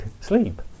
sleep